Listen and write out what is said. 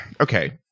okay